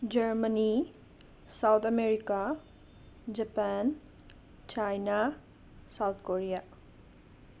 Germany south America Japan China South Korea